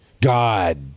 God